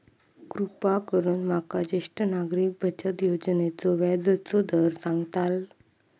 कृपा करून माका ज्येष्ठ नागरिक बचत योजनेचो व्याजचो दर सांगताल